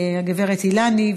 הגברת אילני,